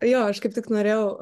jo aš kaip tik norėjau